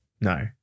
No